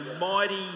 mighty